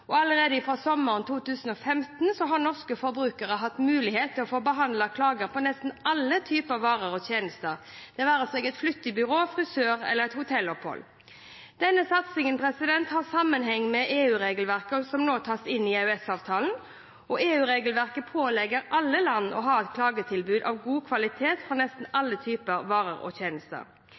og allerede fra sommeren 2015 har norske forbrukere hatt mulighet til å få behandlet klager på nesten alle typer varer og tjenester, det være seg flyttebyrå, frisør eller hotellopphold. Denne satsingen har sammenheng med EU-regelverket som nå tas inn i EØS-avtalen. EU-regelverket pålegger alle landene å ha et klagetilbud av god kvalitet for nesten alle typer varer og tjenester.